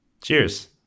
cheers